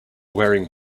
wearing